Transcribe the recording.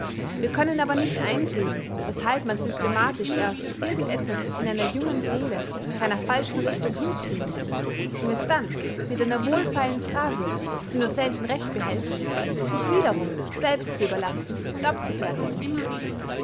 wir können aber nicht einsehen weßhalb man systematisch erst irgend etwas in einer jungen seele nach einer falschen richtung hinziehen muß um es dann mit einer wohlfeilen phrase die nur selten recht behält sich wiederum selbst zu überlassen und abzufertigen